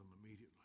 immediately